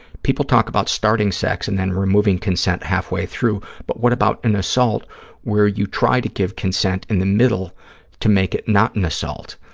people talk about starting sex and then removing consent halfway through, but what about an assault where you try to give consent in the middle to make it not an assault?